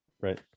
Right